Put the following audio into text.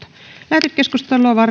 lähetekeskusteluun